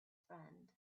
friend